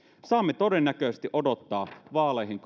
saamme todennäköisesti odottaa vaaleihin